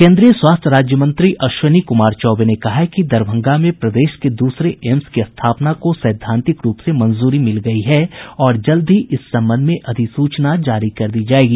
केन्द्रीय स्वास्थ्य राज्य मंत्री अश्विनी कुमार चौबे ने कहा है कि दरभंगा में प्रदेश के दूसरे एम्स की स्थापना को सैद्वांतिक रूप से मंजूरी मिल गयी है और जल्द ही इस संबंध में अधिसूचना जारी कर दी जायेगी